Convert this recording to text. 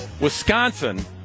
Wisconsin